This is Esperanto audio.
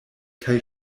kaj